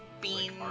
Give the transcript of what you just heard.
bean